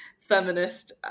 feminist